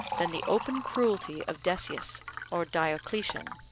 than the open cruelty of decius or diocletian.